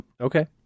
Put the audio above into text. okay